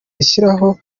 rishyiraho